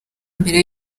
mbere